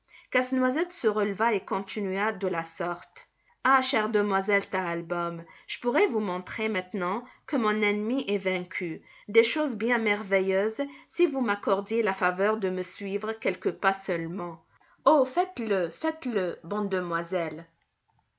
casse-noisette se releva et continua de la sorte ah chère demoiselle stahlbaûm je pourrais vous montrer maintenant que mon ennemi est vaincu des choses bien merveilleuses si vous m'accordiez la faveur de me suivre quelques pas seulement oh faites-le faites-le bonne demoiselle